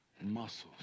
muscles